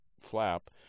flap